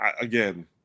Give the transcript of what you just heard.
again